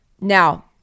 Now